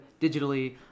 digitally